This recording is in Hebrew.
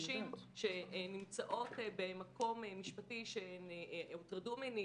שנשים שנמצאות במקום משפטי שהן הוטרדו מינית,